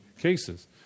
cases